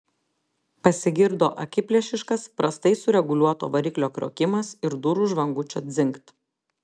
pasigirdo akiplėšiškas prastai sureguliuoto variklio kriokimas ir durų žvangučio dzingt